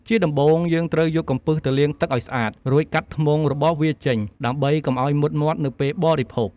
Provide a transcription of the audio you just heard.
ជាដំំបូង យើងត្រូវយកកំពឹសទៅលាងទឹកឱ្យស្អាត រួចកាត់ធ្មុងរបស់វាចេញ ដើម្បីកុំឱ្យមុតមាត់នៅពេលបរិភោគ។